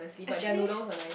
actually